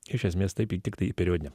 iš esmės taip tiktai į periodinę